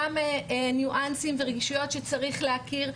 גם ניואנסים ורגישויות שצריך להכיר.